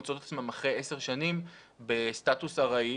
מוצאות את עצמן אחרי עשר שנים בסטטוס ארעי